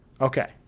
Okay